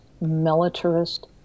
militarist